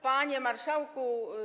Panie Marszałku!